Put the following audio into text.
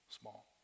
small